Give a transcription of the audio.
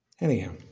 Anyhow